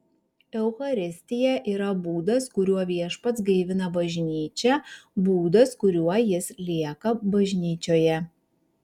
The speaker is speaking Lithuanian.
eucharistija yra būdas kuriuo viešpats gaivina bažnyčią būdas kuriuo jis lieka bažnyčioje